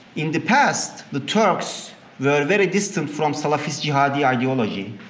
in the past the turks were very distant from salafi jihadist ideology.